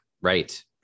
right